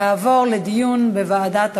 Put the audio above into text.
תעבור לדיון בוועדת הפנים.